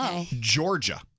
Georgia